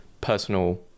personal